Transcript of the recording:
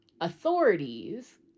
authorities